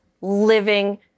living